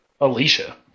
Alicia